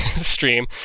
stream